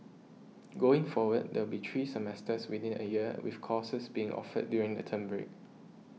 going forward there will be three semesters within a year with courses being offered during the term break